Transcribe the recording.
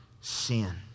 sin